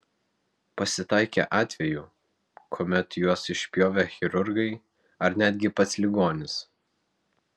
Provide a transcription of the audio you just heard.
pasitaikė atvejų kuomet juos išpjovė chirurgai ar netgi pats ligonis